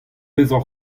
vezañ